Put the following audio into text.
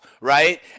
right